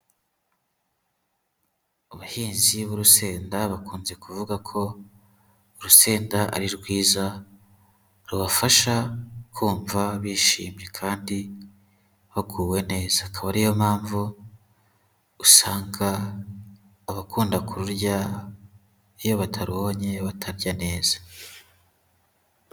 Abahinzi b'urusenda bakunze kuvuga ko urusenda ari rwiza, rubafasha kumva bishimye kandi baguwe neza, akaba ari yo mpamvu usanga abakunda kururya iyo batarubonye batarya neza.